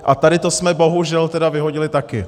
A tady to jsme bohužel vyhodili taky.